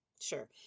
Sure